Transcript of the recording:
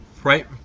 right